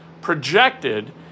projected